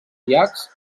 llacs